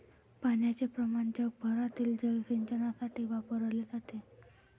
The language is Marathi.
पाण्याचे प्रमाण जगभरातील जलचरांसाठी वापरले जाते